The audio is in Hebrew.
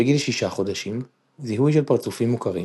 בגיל שישה חודשים - זיהוי של פרצופים מוכרים,